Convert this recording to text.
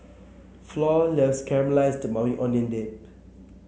Flor loves Caramelized Maui Onion Dip